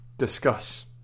Discuss